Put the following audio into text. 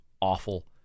awful